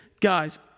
Guys